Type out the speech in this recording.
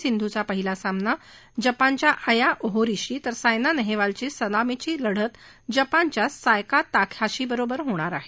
सिंधूवा पहिला सामना जपानच्या आया ओहोरीशी तर सायना नेहवालची सलामीची लढत जपानच्याच सायका ताकहाशीबरोबर होणार आहे